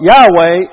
Yahweh